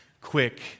quick